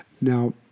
Now